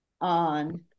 on